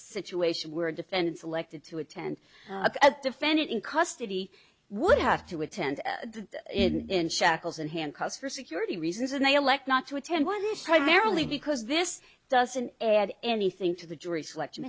situation where a defendant selected to attend a defendant in custody would have to attend in shackles and handcuffs for security reasons and they elect not to attend one marilee because this doesn't add anything to the jury selection